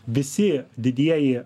visi didieji